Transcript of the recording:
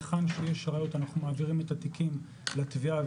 היכן שיש ראיות אנחנו מעבירים את התיקים לתביעה,